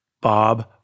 Bob